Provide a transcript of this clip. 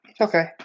okay